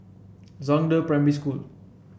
Zhangde Primary School